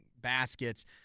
baskets